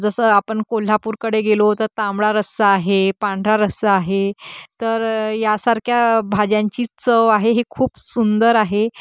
जसं आपण कोल्हापूरकडे गेलो तर तांबडा रस्सा आहे पांढरा रस्सा आहे तर यासारख्या भाज्यांची चव आहे हे खूप सुंदर आहे